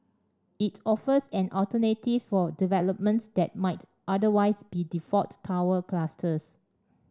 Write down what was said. it offers an alternative for developments that might otherwise be default tower clusters